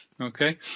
okay